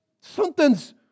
Something's